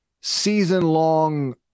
season-long